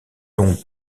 long